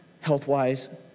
health-wise